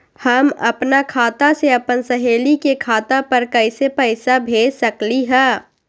हम अपना खाता से अपन सहेली के खाता पर कइसे पैसा भेज सकली ह?